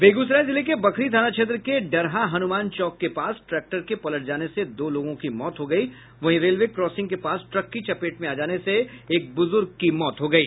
बेगूसराय जिले के बखरी थाना क्षेत्र के डरहा हुनुमान चौक के पास ट्रैक्टर के पलट जाने से दो लोगों की मौत हो गई वहीं रेलवे क्रासिंग के पास ट्रक की चपेट में आ जाने से एक बुजुर्ग की मौत हो गयी